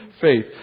faith